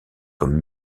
comme